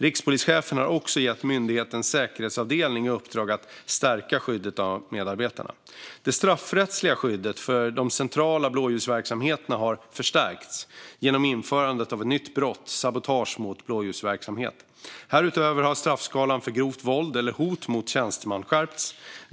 Rikspolischefen har också gett myndighetens säkerhetsavdelning i uppdrag att stärka skyddet av medarbetarna. Det straffrättsliga skyddet för de centrala blåljusverksamheterna har förstärkts genom införandet av ett nytt brott; sabotage mot blåljusverksamhet. Härutöver har straffskalan för grovt våld eller hot mot tjänsteman skärpts.